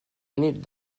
nit